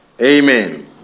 Amen